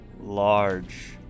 large